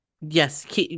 Yes